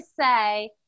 say